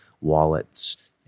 wallets